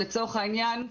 לצורך העניין,